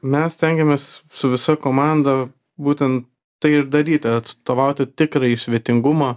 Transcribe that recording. mes stengiamės su visa komanda būtent tai ir daryti atstovauti tikrąjį svetingumą